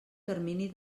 termini